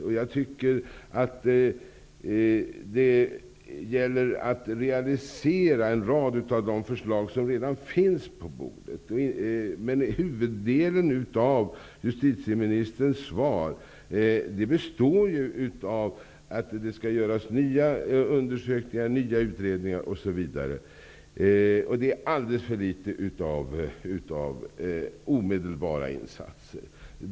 Det gäller enligt min uppfattning att realisera en rad av de förslag som redan finns på bordet. Huvuddelen av justitieministerns svar handlar emellertid om nya undersökningar och nya utredningar och i alldeles för liten grad om omedelbara insatser.